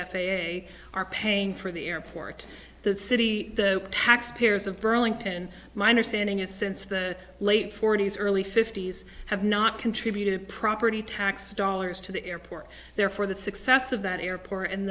a are paying for the airport the city the taxpayers of burlington my understanding is since the late forty's early fifty's have not contributed property tax dollars to the airport therefore the success of that airport and